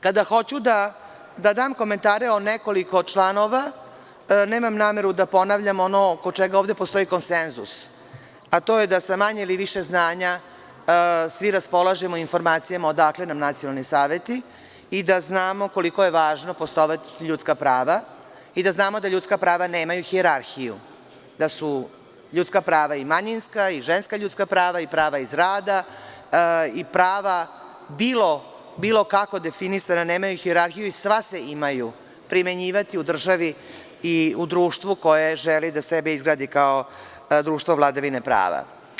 Kada hoću da dam komentare o nekoliko članova nemam nameru da ponavljam ono oko čega ovde postoji konsenzus, a to je da sa manje ili više znanja svi raspolažemo informacijama odakle nam nacionalni saveti i da znamo koliko je važno poštovati ljudska prava i da znamo da ljudska prava nemaju hijerarhiju, da su ljudska prava i manjinska i ženska ljudska prava i prava iz rada i prava bilo kako definisana nemaju hijerarhiju i sva se imaju primenjivati u državi i u društvu koje želi sebe da izgradi kao društvo vladavine prava.